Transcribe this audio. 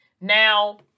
Now